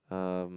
um